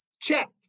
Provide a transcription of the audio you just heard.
Check